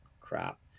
crap